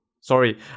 Sorry